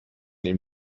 ihm